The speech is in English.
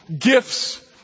gifts